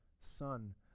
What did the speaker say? Son